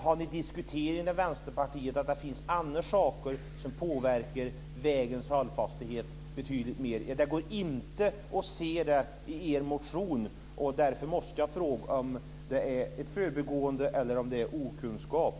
Har ni diskuterat inom Vänsterpartiet att det finns andra saker som påverkar vägens hållfasthet betydligt mer? Det går inte att se det i er motion. Därför måste jag fråga om det är ett förbigående eller om det är okunskap.